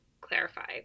clarify